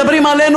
מדברים עלינו,